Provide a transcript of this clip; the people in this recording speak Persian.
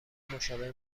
مشابه